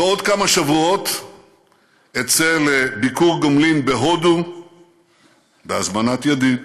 בעוד כמה שבועות אצא לביקור גומלין בהודו בהזמנת ידיד,